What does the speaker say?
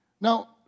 Now